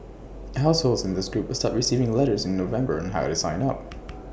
households in this group will start receiving letters in November on how to sign up